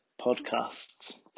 podcasts